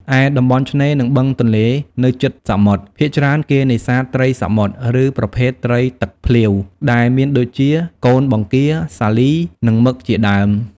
ឯ តំបន់ឆ្នេរ និងបឹងទន្លេនៅជិតសមុទ្រ ភាគច្រើនគេនេសាទត្រីសមុទ្រ ឬប្រភេទត្រីទឹកភ្លាវ ដែលមានដូចជា កូនបង្គា សាលី និងមឹកជាដ់ើម។